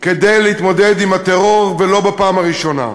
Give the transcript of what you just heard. כדי להתמודד עם הטרור, ולא בפעם הראשונה.